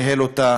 שניהל אותה